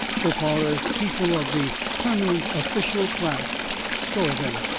so far as people of the permanent official class saw them,